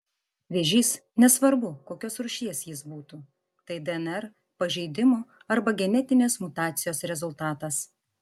vėžys nesvarbu kokios rūšies jis būtų tai dnr pažeidimo arba genetinės mutacijos rezultatas